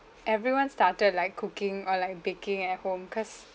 everyone started like cooking or like baking at home cause